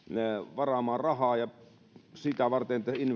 varaamaan rahaa sitä varten että